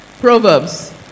Proverbs